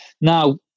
now